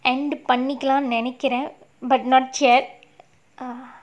end பண்ணிக்கலாம்னு நினைக்கிறேன்:pannikalaamnu ninaikkraen but not yet err